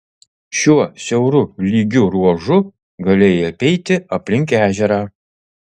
šiuo siauru lygiu ruožu galėjai apeiti aplink ežerą